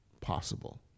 possible